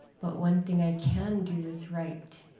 but one thing i can do is write.